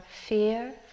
fear